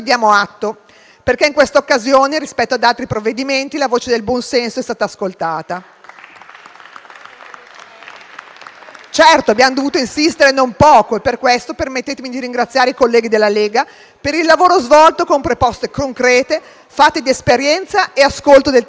perché in questa occasione rispetto ad altri provvedimenti la voce del buon senso è stata ascoltata. Certo, abbiamo dovuto insistere non poco e per questo permettetemi di ringraziare i colleghi della Lega per il lavoro svolto con proposte concrete, fatte di esperienza e ascolto del territorio.